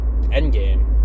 Endgame